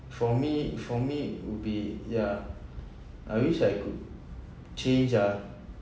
for me for me would be yeah I wish I could change ah